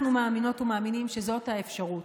אנחנו מאמינות ומאמינים שזאת האפשרות.